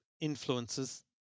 influences